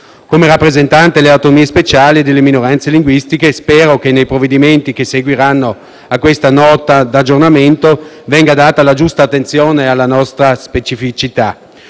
Come rappresentante delle autonomie speciali delle minoranze linguistiche, spero che nei provvedimenti che seguiranno a questa Nota di aggiornamento venga data la giusta attenzione alla nostra specificità.